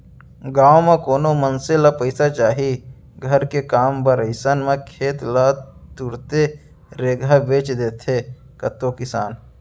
गाँव म कोनो मनसे ल पइसा चाही घर के काम बर अइसन म खेत ल तुरते रेगहा बेंच देथे कतको किसान